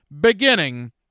beginning